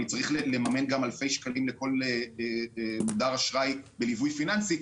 אני צריך לממן גם אלפי שקלים לכל מודר אשראי בליווי פיננסי,